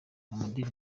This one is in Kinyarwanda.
amadini